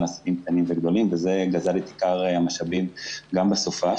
לעסקים קטנים ובינוניים וזה גזל את עיקר המשאבים גם בסופ"ש.